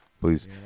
Please